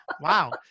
Wow